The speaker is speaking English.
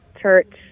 church